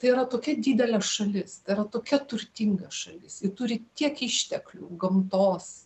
tai yra tokia didelė šalis tai yra tokia turtinga šalis ji turi tiek išteklių gamtos